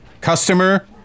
customer